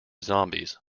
zombies